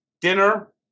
dinner